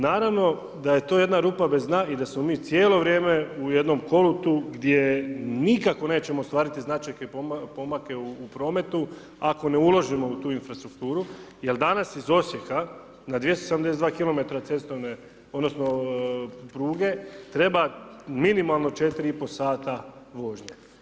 Naravno da je to jedna rupa bez dna i da smo mi cijelo vrijeme u jednom kolutu gdje nikako nećemo ostvariti značajke, pomake u prometu ako ne uložimo u tu infrastrukturu jer danas iz Osijeka na 272 kilometra cestovne odnosno pruge treba minimalno 4 i po sata vožnje.